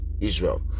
Israel